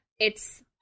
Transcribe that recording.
It's-